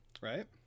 Right